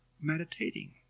meditating